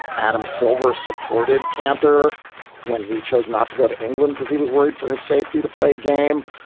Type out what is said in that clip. adam silver supported kanter when he chose not to go to england because he was worried for his safety to play a game.